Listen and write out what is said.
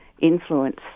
influence